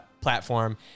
platform